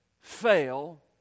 fail